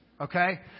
Okay